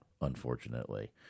unfortunately